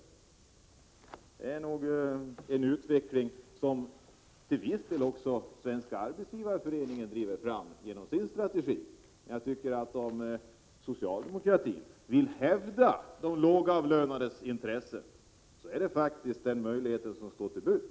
Detta är en utveckling som till en viss del Svenska arbetsgivareföreningen drivit fram genom sin strategi. Om socialdemokraterna vill hävda de lågavlönades intressen är detta faktiskt den möjlighet som står till buds.